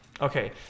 Okay